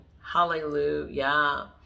Hallelujah